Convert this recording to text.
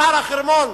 אתר החרמון.